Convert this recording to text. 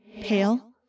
pale